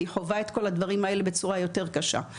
כי היא חווה את כל הדברים האלו בצורה יותר קשה.